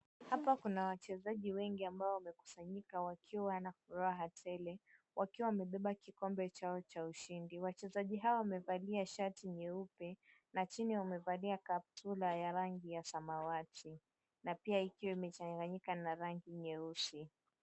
Hapa kuna wachezaji wengi ambao wamekusanyika wakiwa na furaha tele, wakiwa wamebeba kikombe chao cha ushindi. Wachezaji hawa wamevalia shati nyeupe, na chini wamevalia kaptula ya rangi ya samawati na pia ikiwa imechanganyika na rangi nyeusi.